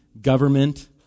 government